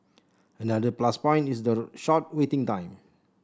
another plus point is the short waiting time